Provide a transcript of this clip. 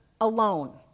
alone